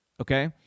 okay